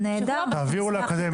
תעבירו לאקדמיה.